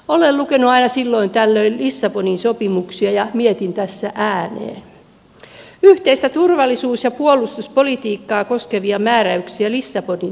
olen lukenut aina silloin tällöin lissabonin sopimuksia ja mietin tässä ääneen yhteistä turvallisuus ja puolustuspolitiikkaa koskevia määräyksiä lissabonin sopimuksessa